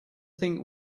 think